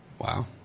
Wow